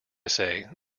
say